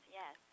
yes